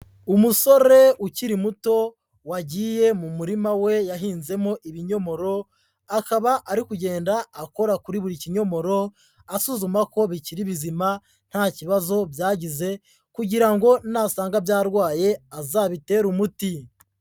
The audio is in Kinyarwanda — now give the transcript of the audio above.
Umusore ukiri muto wagiye mu murima we yahinzemo ibinyomoro, akaba ari kugenda akora kuri buri kinyomoro, asuzuma ko bikiri bizima, nta kibazo byagize kugira ngo nasanga byarwaye azabitere umuti.